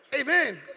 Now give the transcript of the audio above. Amen